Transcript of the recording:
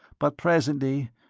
but presently,